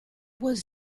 was